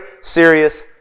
serious